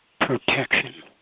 protection